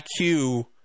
IQ